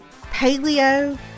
paleo